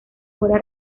fuera